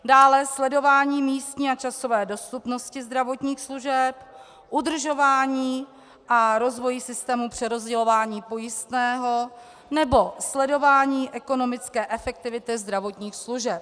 Dále sledování místní a časové dostupnosti zdravotních služeb, udržování a rozvoj systému přerozdělování pojistného nebo sledování ekonomické efektivity zdravotních služeb.